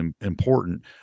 important